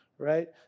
right